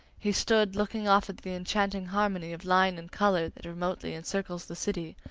he stood, looking off at the enchanting harmony of line and color that remotely encircles the city,